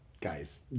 guys